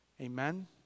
Amen